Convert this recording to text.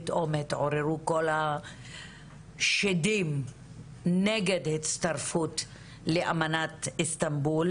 פתאום התעוררו כל השדים נגד הצטרפות לאמנת איסטנבול,